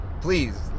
Please